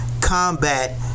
combat